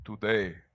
Today